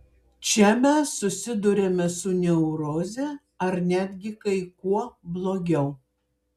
čia mes susiduriame su neuroze ar netgi kai kuo blogiau